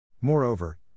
Moreover